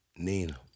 Nina